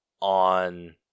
on